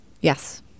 Yes